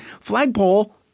flagpole